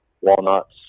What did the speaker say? walnuts